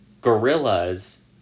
gorillas